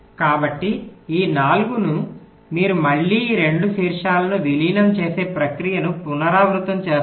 కాబట్టి ఈ 4 న మీరు మళ్ళీ ఈ 2 శీర్షాలను విలీనం చేసే ప్రక్రియను పునరావృతం చేస్తారు